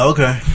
Okay